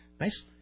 nice